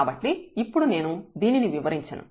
కాబట్టి ఇప్పుడు నేను దీనిని వివరించను